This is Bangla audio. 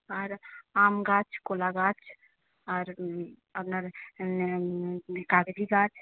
আর আমগাছ কলাগাছ আর আপনার কাগজি গাছ